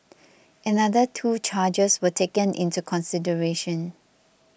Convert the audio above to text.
another two charges were taken into consideration